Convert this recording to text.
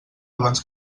abans